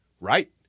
Right